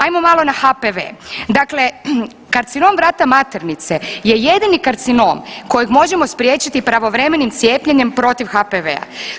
Ajmo malo na HPV, dakle karcinom vrata maternice je jedini karcinom kojeg možemo spriječiti pravovremenim cijepljenjem protiv HPV-a.